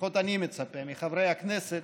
ולפחות אני מצפה מחברי הכנסת,